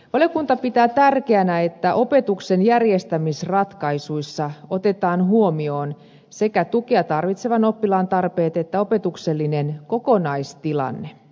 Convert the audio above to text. valiokunta pitää tärkeänä että opetuksen järjestämisratkaisuissa otetaan huomioon sekä tukea tarvitsevan oppilaan tarpeet että opetuksellinen kokonaistilanne